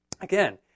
Again